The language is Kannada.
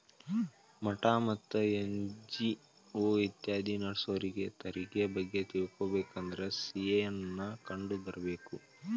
ಮಠಾ ಮತ್ತ ಎನ್.ಜಿ.ಒ ಇತ್ಯಾದಿ ನಡ್ಸೋರಿಗೆ ತೆರಿಗೆ ಬಗ್ಗೆ ತಿಳಕೊಬೇಕಂದ್ರ ಸಿ.ಎ ನ್ನ ಕಂಡು ಬರ್ಬೇಕ